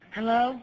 Hello